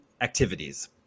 activities